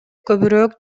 көбүрөөк